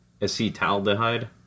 acetaldehyde